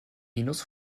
minus